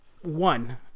one